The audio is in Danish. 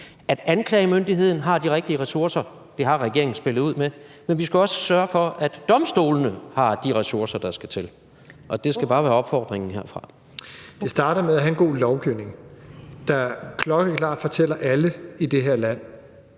at anklagemyndigheden har de rigtige ressourcer – det har regeringen spillet ud med – men vi skal også sørge for, at domstolene har de ressourcer, der skal til. Det skal bare være opfordringen herfra. Kl. 12:04 Første næstformand (Karen Ellemann): Ordføreren.